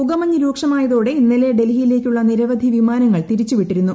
പുകമഞ്ഞ് രൂക്ഷമായതോടെ ഇന്നലെ ഡൽഹിയിലേക്കുള്ള നിരവധി വിമാനങ്ങൾ തിരിച്ചുവിട്ടിരുന്നു